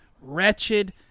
Wretched